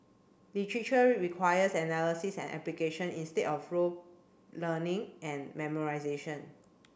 literature requires analysis and application instead of rote learning and memorisation